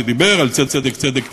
שדיבר על "צדק צדק תרדף"